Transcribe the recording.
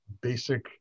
basic